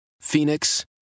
Phoenix